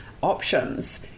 options